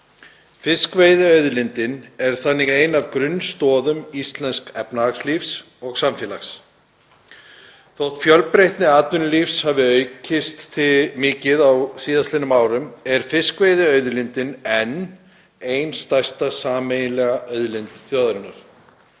Fiskveiðiauðlindin er þannig ein af grunnstoðum íslensks efnahagslífs og samfélags. Þótt fjölbreytni atvinnulífs hafi aukist mikið á síðastliðnum áratugum er fiskveiðiauðlindin enn ein stærsta sameiginlega auðlind þjóðarinnar.